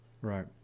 Right